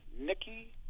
Nikki